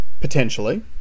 Potentially